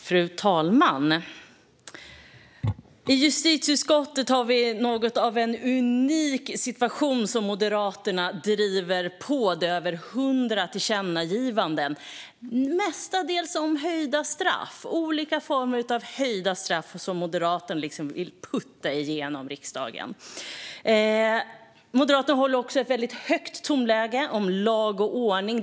Fru talman! I justitieutskottet har vi något av en unik situation, som Moderaterna driver på. Det handlar om över 100 tillkännagivanden, mestadels om skärpta straff i olika former, som Moderaterna vill putta igenom riksdagen. Moderaterna har också ett väldigt högt tonläge när det gäller lag och ordning.